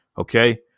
okay